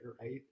right